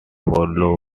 law